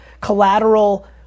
collateral